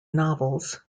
novels